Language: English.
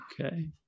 Okay